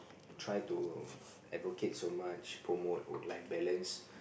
try to advocate so much promote work life balance